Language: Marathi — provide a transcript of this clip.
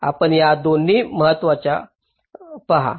आपण या दोन्ही महत्त्वाच्या पहा